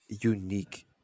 unique